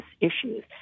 issues